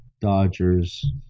Dodgers